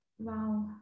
Wow